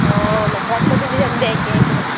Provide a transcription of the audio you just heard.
অঁ মেখেলা চাদৰ পিন্ধি যাম দে একে একে হৈ